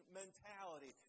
mentality